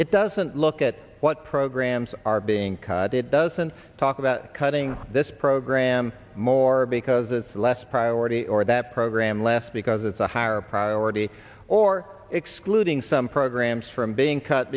it doesn't look at what programs are being cut it doesn't talk about cutting this program more because it's less priority or that program less because it's a higher priority or excluding some programs from being cut